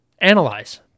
analyze